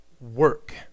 work